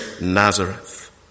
Nazareth